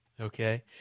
Okay